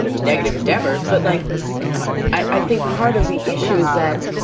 negative endeavors. but like i think part of the issue is that